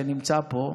שנמצא פה.